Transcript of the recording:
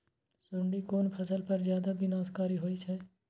सुंडी कोन फसल पर ज्यादा विनाशकारी होई छै?